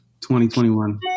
2021